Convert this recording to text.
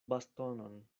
bastonon